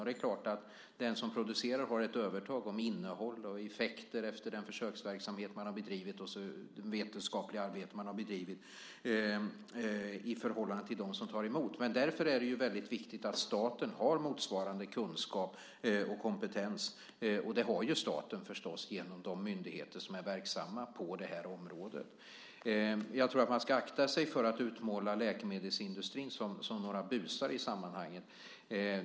Det är klart att den som producerar har ett övertag, i förhållande till dem som tar emot, när det gäller innehåll och effekter av den försöksverksamhet och det vetenskapliga arbete som man har bedrivit. Därför är det väldigt viktigt att staten har motsvarande kunskap och kompetens, och det har staten förstås genom de myndigheter som är verksamma på det här området. Jag tror att man ska akta sig för att utmåla dem i läkemedelsindustrin som några busar i sammanhanget.